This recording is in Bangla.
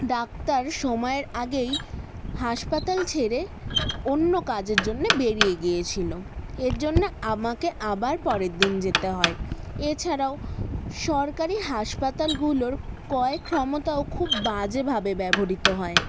ডাক্তার সময়ের আগেই হাসপাতাল ছেড়ে অন্য কাজের জন্যে বেরিয়ে গিয়েছিলো এর জন্যে আমাকে আবার পরের দিন যেতে হয় এছাড়াও সরকারি হাসপাতালগুলোর ক্রয় ক্ষমতা খুব বাজেভাবে ব্যবহৃত হয়